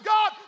God